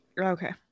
Okay